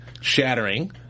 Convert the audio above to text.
shattering